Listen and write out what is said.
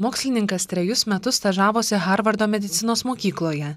mokslininkas trejus metus stažavosi harvardo medicinos mokykloje